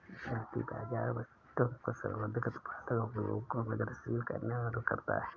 वित्तीय बाज़ार बचतों को सर्वाधिक उत्पादक उपयोगों में गतिशील करने में मदद करता है